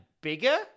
bigger